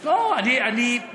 לא, אני, באמת,